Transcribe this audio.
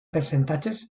percentatges